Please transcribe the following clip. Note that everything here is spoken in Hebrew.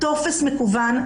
טופס מקוון.